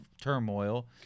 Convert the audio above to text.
turmoil